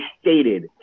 stated